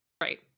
Right